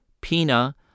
Pina